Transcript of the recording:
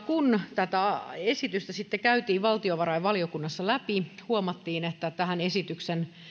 kun tätä esitystä sitten käytiin valtiovarainvaliokunnassa läpi huomattiin että tähän